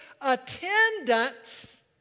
attendance